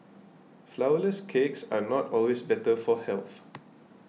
Flourless Cakes are not always better for health